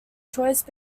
choice